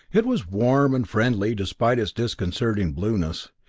it was warm and friendly despite its disconcerting blueness.